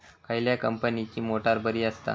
खयल्या कंपनीची मोटार बरी असता?